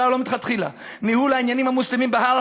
לו מלכתחילה: ניהול העניינים המוסלמיים בהר,